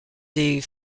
des